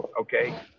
okay